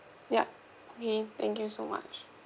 yup okay thank you so much